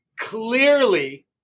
clearly